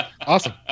Awesome